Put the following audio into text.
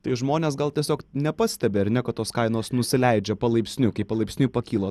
tai žmonės gal tiesiog nepastebi ar ne kad tos kainos nusileidžia palaipsniui kai palaipsniui pakyla